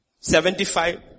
seventy-five